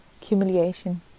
humiliation